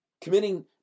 Committing